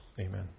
Amen